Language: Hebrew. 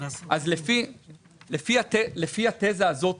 לפי התזה הזאת